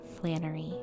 Flannery